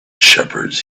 shepherds